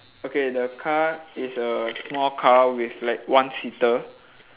okay the car is a small car with like one seater